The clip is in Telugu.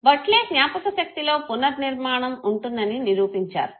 బట్లే జ్ఞాపకశక్తిలో పునర్నిర్మాణం ఉంటుందని నిరూపించారు